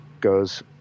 goes